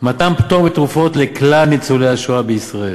מתן פטור מתשלום על תרופות לכלל ניצולי השואה בישראל,